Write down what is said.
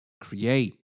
create